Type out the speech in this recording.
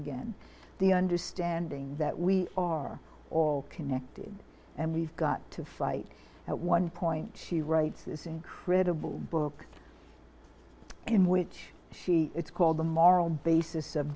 again the understanding that we are all connected and we've got to fight at one point she writes this incredible book in which she is called the moral basis of